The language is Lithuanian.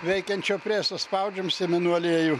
veikiančio preso spaudžiam sėmenų aliejų